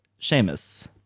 Seamus